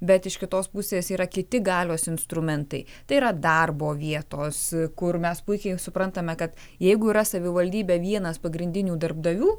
bet iš kitos pusės yra kiti galios instrumentai tai yra darbo vietos kur mes puikiai suprantame kad jeigu yra savivaldybė vienas pagrindinių darbdavių